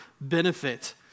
benefit